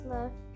Love